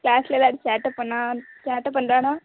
கிளாஸ்ல ஏதாவது சேட்டைப் பண்ணா சேட்டைப் பண்ணுறானா